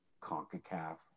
CONCACAF